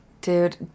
Dude